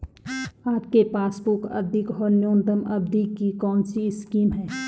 आपके पासबुक अधिक और न्यूनतम अवधि की कौनसी स्कीम है?